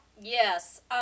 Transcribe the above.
Yes